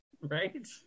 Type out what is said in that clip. right